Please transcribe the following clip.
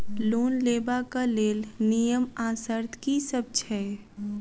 Loan लेबऽ कऽ लेल नियम आ शर्त की सब छई?